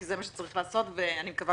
כי זה מה שצריך לעשות ואני מקווה